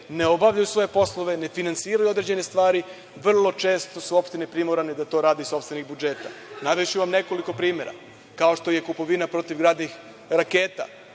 ne obavljaju svoje poslove, ne finansiraju određene stvari, vrlo često su opštine primorane da to rade iz sopstvenih budžeta. Navešću vam nekoliko primera, kao što je kupovina protivgradnih raketa.